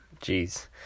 Jeez